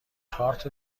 تارت